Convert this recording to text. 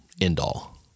end-all